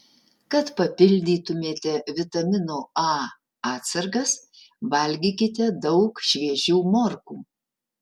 kad papildytumėte vitamino a atsargas valgykite daug šviežių morkų